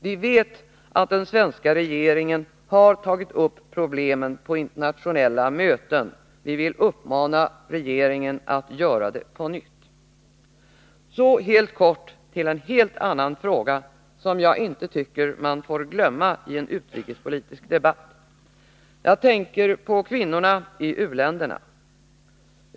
Vi vet att den svenska regeringen har tagit upp problemet på internationella möten. Vi vill uppmana regeringen att göra det på nytt. Så helt kort till en helt annan fråga, som jag inte tycker att man får glömma bort i en utrikespolitisk debatt. Jag tänker på kvinnorna i u-länderna.